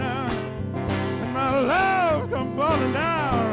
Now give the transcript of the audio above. no no